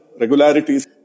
regularities